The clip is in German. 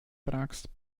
fragst